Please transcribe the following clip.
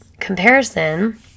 Comparison